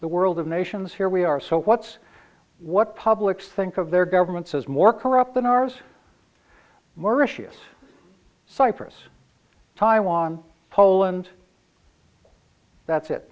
the world of nations here we are so what's what publics think of their governments is more corrupt than ours mauritius cyprus taiwan poland that's it